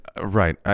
right